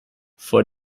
vor